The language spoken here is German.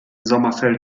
sommerfeld